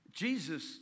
Jesus